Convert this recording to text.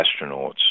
astronauts